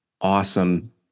awesome